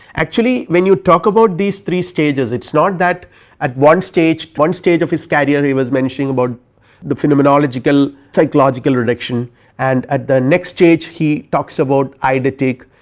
actually when you talk about these three stages it is not that at one stage one stage of his career he was mentioning about the phenomenological psychological reduction and at the next stage he talks about eidetic,